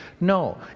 No